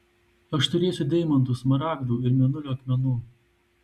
aš turėsiu deimantų smaragdų ir mėnulio akmenų